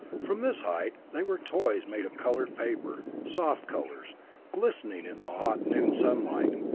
from this height they were toys made of colored paper, soft colors glistening in the hot noon sunlight,